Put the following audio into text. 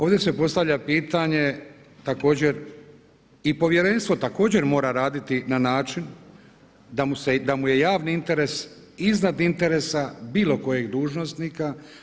Ovdje se postavlja pitanje također i Povjerenstvo također mora raditi na način da mu je javni interes iznad interesa bilo kojeg dužnosnika.